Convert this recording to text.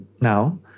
now